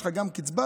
יש לך גם קצבה,